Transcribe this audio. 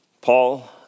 Paul